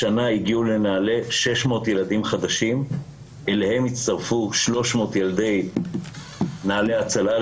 השנה הגיעו לנעל"ה 600 ילדים חדשים אליהם הצטרפו 300 ילדי נעל"ה הצלה,